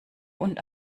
und